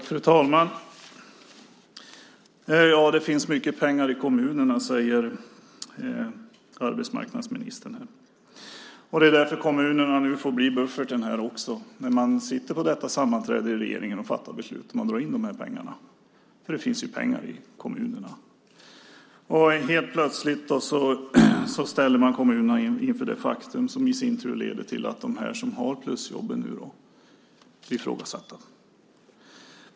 Fru talman! Det finns mycket pengar i kommunerna, säger arbetsmarknadsministern. Det är därför kommunerna nu får bli bufferten när man nu sitter på detta sammanträde i regeringen och fattar beslut om att dra in pengarna. Det finns ju pengar i kommunerna, anser man. Helt plötsligt ställer man kommunerna inför detta faktum, som i sin tur leder till att de som har plusjobben blir ifrågasatta.